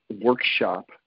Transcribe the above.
workshop